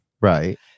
Right